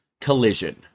Collision